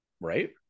right